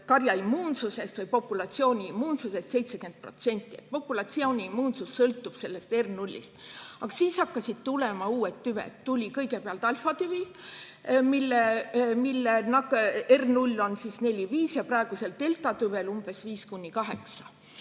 karjaimmuunsusest või populatsiooni immuunsusest 70%. Populatsiooni immuunsus sõltub sellest R0-st. Aga siis hakkasid tulema uued tüved. Tuli kõigepealt alfatüvi, mille R0 on 4–5, praegusel deltatüvel 5–8.Nii